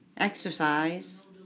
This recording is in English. Exercise